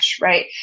right